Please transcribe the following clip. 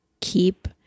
keep